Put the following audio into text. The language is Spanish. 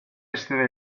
este